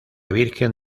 virgen